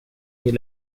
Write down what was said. est